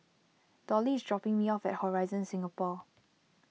Dollie is dropping me off at Horizon Singapore